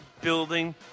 building